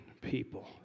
people